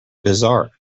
bizarre